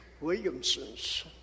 Williamson's